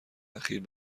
اخیر